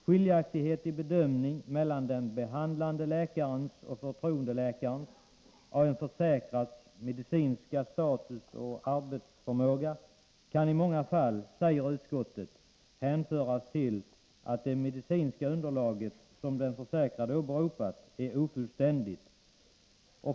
Skiljaktigheter mellan den behandlande läkarens och förtroendeläkarens bedömning av en försäkrads medicinska status och arbetsförmåga kan i många fall, säger utskottet, hänföras till att det medicinska underlag som den försäkrade åberopat är ofullständigt.